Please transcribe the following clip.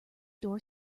door